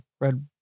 red